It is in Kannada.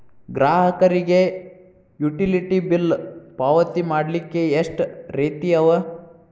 ಗ್ರಾಹಕರಿಗೆ ಯುಟಿಲಿಟಿ ಬಿಲ್ ಪಾವತಿ ಮಾಡ್ಲಿಕ್ಕೆ ಎಷ್ಟ ರೇತಿ ಅವ?